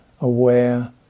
aware